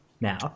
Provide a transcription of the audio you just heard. now